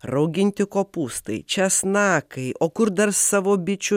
rauginti kopūstai česnakai o kur dar savo bičių medu